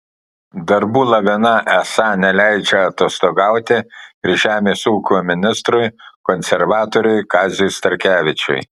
darbų lavina esą neleidžia atostogauti ir žemės ūkio ministrui konservatoriui kaziui starkevičiui